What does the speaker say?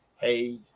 hey